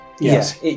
Yes